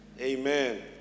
Amen